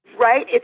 Right